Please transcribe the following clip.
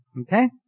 Okay